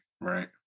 right